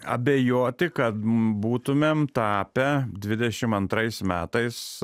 abejoti kad būtumėm tapę dvidešim antrais metais